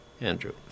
Andrew